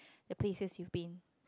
the places you've been